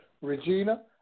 Regina